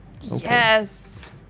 Yes